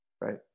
right